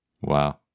Wow